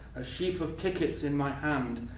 a sheaf of tickets in my hand,